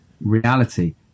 reality